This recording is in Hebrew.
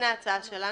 הנה ההצעה שלנו.